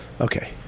okay